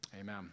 amen